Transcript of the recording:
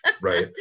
Right